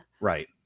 Right